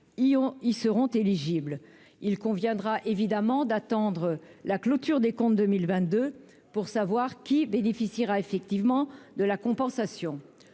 seront éligibles, il conviendra évidemment d'attendre la clôture des comptes 2022 pour savoir qui bénéficiera effectivement de la compensation